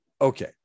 Okay